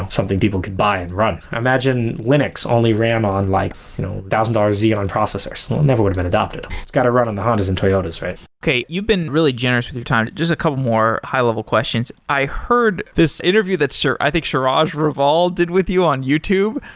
something people could buy and run. i imagine linux only ran on a one like you know thousand dollars xeon processors. it'll never would've been adopted. it's got to run on the hondas and toyotas, right? okay, you've been really generous with your time. just a couple more high-level questions. i heard this interview that so i think siraj raval did with you on youtube.